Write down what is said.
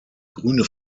grüne